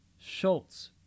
Schultz